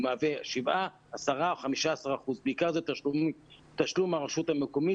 הוא מהווה 7,10 או 15%. בעיקר זה תשלום הרשות המקומית